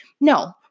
no